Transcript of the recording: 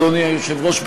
אדוני היושב-ראש,